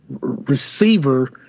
receiver